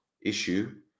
issue